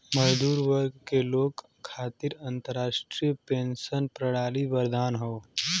मजदूर वर्ग के लोग खातिर राष्ट्रीय पेंशन प्रणाली वरदान हौ